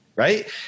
Right